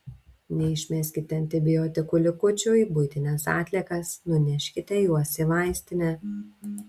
neišmeskite antibiotikų likučių į buitines atliekas nuneškite juos į vaistinę